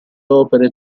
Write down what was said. opere